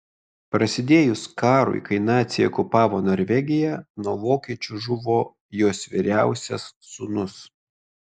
prasidėjus karui kai naciai okupavo norvegiją nuo vokiečių žuvo jos vyriausias sūnus